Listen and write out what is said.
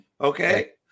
Okay